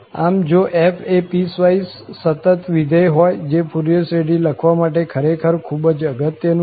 આમ જો f એ પીસવાઈસ સતત વિધેય હોય જે ફુરિયર શ્રેઢી લખવા માટે ખરેખર ખૂબ જ અગત્ય નું છે